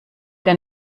der